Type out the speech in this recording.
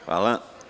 Hvala.